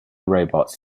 robots